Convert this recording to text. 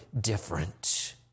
different